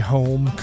Home